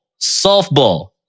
softball